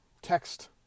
text